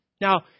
Now